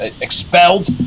expelled